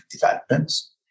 developments